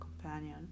companion